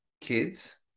kids